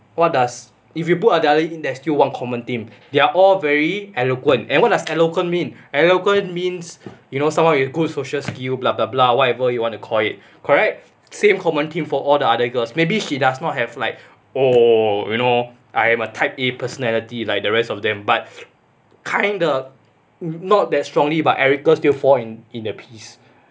what does if you put adela in there's still one common theme they're all very eloquent and what does eloquent mean eloquent means you know someone with good social skill blah blah blah whatever you wanna call it correct same common theme for all the other girls maybe she does not have like oh you know I am a type A personality like the rest of them but kinda not that strongly but erica still fall in in the piece